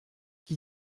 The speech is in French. qui